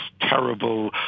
terrible